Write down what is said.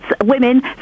women